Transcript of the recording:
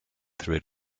through